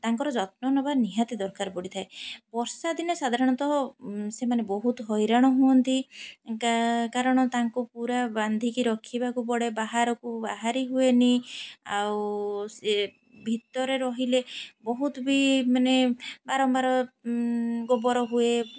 ତାଙ୍କର ଯତ୍ନ ନେବା ନିହାତି ଦରକାର ପଡ଼ିଥାଏ ବର୍ଷା ଦିନେ ସାଧାରଣତଃ ସେମାନେ ବହୁତ ହଇରାଣ ହୁଅନ୍ତି କାରଣ ତାଙ୍କୁ ପୁରା ବାନ୍ଧିକି ରଖିବାକୁ ପଡ଼େ ବାହାରକୁ ବାହାରି ହୁଏନି ଆଉ ସେ ଭିତରେ ରହିଲେ ବହୁତ ବି ମାନେ ବାରମ୍ବାର ଗୋବର ହୁଏ